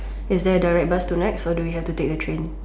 is there a direct bus tonight or we have to take the train